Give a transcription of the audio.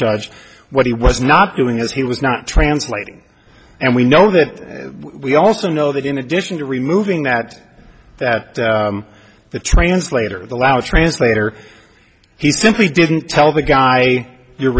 judge what he was not doing as he was not translating and we know that we also know that in addition to removing that that the translator allowed translator he simply didn't tell the guy you're